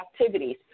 activities